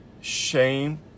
Shame